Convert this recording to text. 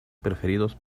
preferidos